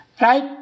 right